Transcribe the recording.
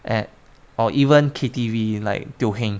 at or even K_T_V like teo heng